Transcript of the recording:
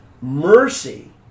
mercy